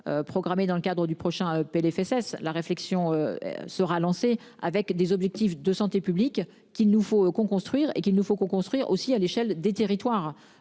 Programmé dans le cadre du prochain Plfss la réflexion sera lancée. Avec des objectifs de santé publique qu'il nous faut qu'on construire et qu'il nous faut construire aussi à l'échelle des territoires,